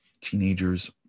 teenagers